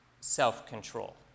self-control